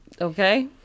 Okay